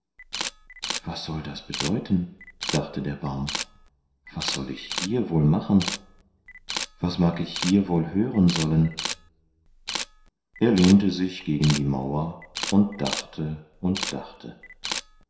was soll das bedeuten dachte der baum was soll ich hier wohl machen was mag ich hier wohl hören sollen er lehnte sich gegen die mauer und dachte und dachte